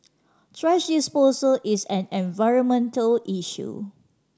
thrash disposal is an environmental issue